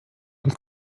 und